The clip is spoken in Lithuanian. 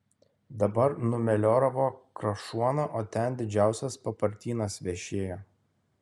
dabar numelioravo krašuoną o ten didžiausias papartynas vešėjo